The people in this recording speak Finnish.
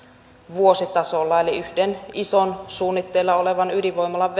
vuositasolla eli yhden ison suunnitteilla olevan ydinvoimalan